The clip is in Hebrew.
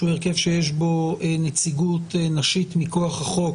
שהוא הרכב שיש בו נציגות נשית מכוח החוק,